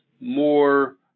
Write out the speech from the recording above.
more